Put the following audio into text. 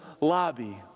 lobby